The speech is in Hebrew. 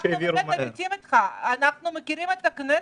אנחנו מכירים את הכנסת,